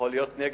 יכול להיות נגד,